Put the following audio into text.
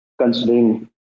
considering